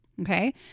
Okay